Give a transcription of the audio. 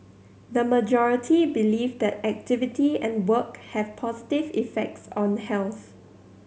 the majority believe that activity and work have positive effects on health